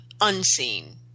unseen